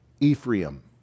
Ephraim